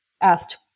asked